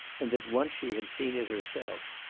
and that once she had seen it herself.